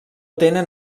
tenen